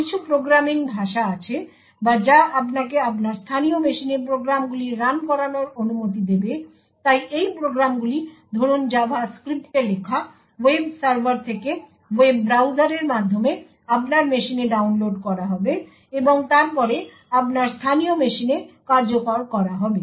কিছু প্রোগ্রামিং ভাষা আছে বা যা আপনাকে আপনার স্থানীয় মেশিনে প্রোগ্রামগুলি রান করানোর অনুমতি দেবে তাই এই প্রোগ্রামগুলি ধরুন জাভাস্ক্রিপ্টে লেখা ওয়েব সার্ভার থেকে ওয়েব ব্রাউজারের মাধ্যমে আপনার মেশিনে ডাউনলোড করা হবে এবং তারপরে আপনার স্থানীয় মেশিনে কার্যকর করা হবে